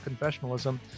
confessionalism